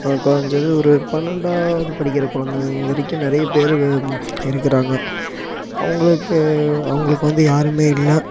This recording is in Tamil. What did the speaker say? கொறைஞ்சது ஒரு பன்னெண்டாவது படிக்கிற குழந்தைங்க வரைக்கும் நிறைய பேரு இருக்கிறாங்க அவங்களுக்கு அவங்களுக்கு வந்து யாருமே இல்லை